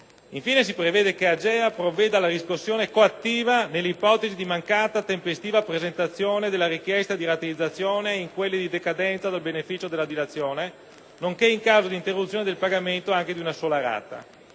inoltre che l'AGEA provveda alla riscossione coattiva nelle ipotesi di mancata tempestiva presentazione della richiesta di rateizzazione ed in quelle di decadenza dal beneficio della dilazione, nonché in caso di interruzione del pagamento anche di una sola rata.